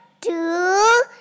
two